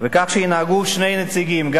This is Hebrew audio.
יכהנו שני נציגים,